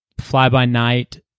fly-by-night